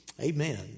Amen